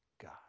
God